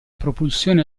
propulsione